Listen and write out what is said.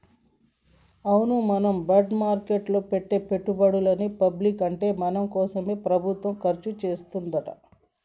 అవును మనం బాండ్ మార్కెట్లో పెట్టే పెట్టుబడులని పబ్లిక్ అంటే మన కోసమే ప్రభుత్వం ఖర్చు చేస్తాడంట